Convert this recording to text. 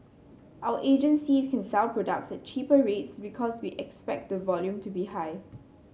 our agencies can sell products at cheaper rates because we expect the volume to be high